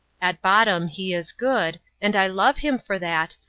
at bottom he is good, and i love him for that,